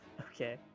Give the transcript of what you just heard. Okay